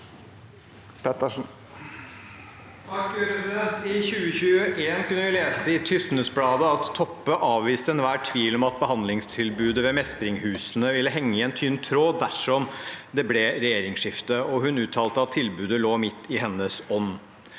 Pettersen (H) I 2021 kunne vi lese i tysnesbladet.no at Toppe avviste enhver mistanke om at behandlingstilbudet ved Mestringshusene ville henge i en tynn tråd dersom det ble regjeringsskifte, og hun uttalte at tilbudet lå midt i hennes ånd.